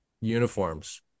uniforms